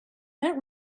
that